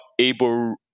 able